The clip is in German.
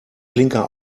blinker